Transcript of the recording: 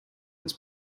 its